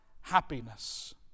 happiness